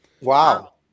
Wow